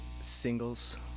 singles